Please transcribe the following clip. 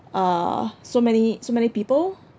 uh so many so many people